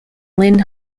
lynn